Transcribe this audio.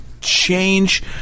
change